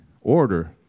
order